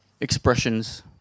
expressions